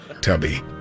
tubby